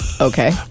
okay